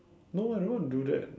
no I don't want to do that